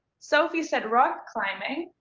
sophie said rock climbing,